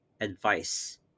advice